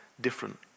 different